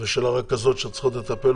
ושל הרכזות שצריכות לטפל